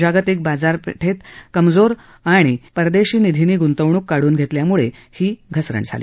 जागतिक बाजारातले कमजोर कल आणि परदेशी निधींनी ग्ंतवणूक काढून घेतल्याम्ळे ही घसरण झाली